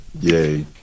Yay